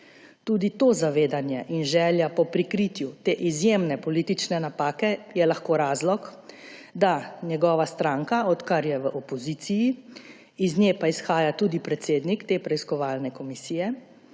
Tudi to zavedanje in želja po prikritju te izjemne politične napake je lahko razlog, da njegova stranka, odkar je v opoziciji, iz nje pa izhaja tudi predsednik te preiskovalne komisije,